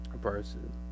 person